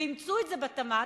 ואימצו את זה בתמ"ת,